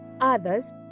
others